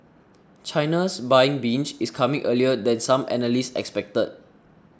China's buying binge is coming earlier than some analysts expected